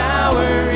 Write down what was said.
Power